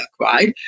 right